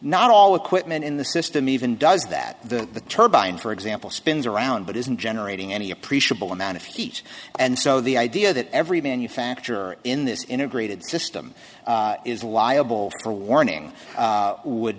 not all equipment in the system even does that the turbine for example spins around but isn't generating any appreciable amount of heat and so the idea that every manufacturer in this integrated system is liable for a warning would